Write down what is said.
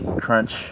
crunch